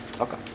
Okay